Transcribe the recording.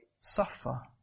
suffer